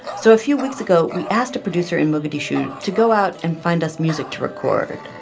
so a few weeks ago we asked a producer in mogadishu to go out and find us music to record.